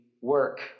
work